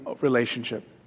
relationship